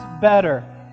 better